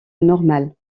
normale